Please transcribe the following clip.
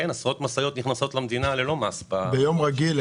עשרות משאיות נכנסות למדינה ללא מס בשבועיים האחרונים.